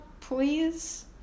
please